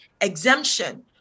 exemption